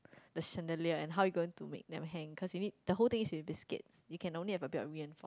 the Chandelier and how you gonna make them hang cause you need the whole thing is with biscuits you can only have a bid of reinforcements